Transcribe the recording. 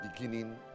beginning